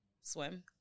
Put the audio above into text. swim